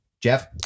Jeff